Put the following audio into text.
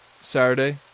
Saturday